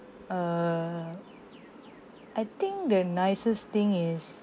err I think the nicest thing is